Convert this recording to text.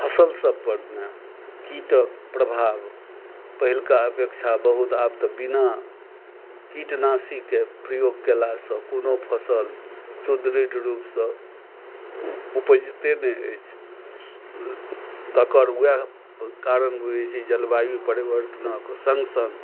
फसल सब परमे कीटक प्रभाव पहिलुका अपेक्षा बहुत आब तऽ बिना कीटनाशीक प्रयोग केलासँ कोनो फसल सुदृढ़ रूपसँ उपजिते नहि अछि तकर वएह कारण बुझै छै जलवायु परिवर्तनक सङ्ग सङ्ग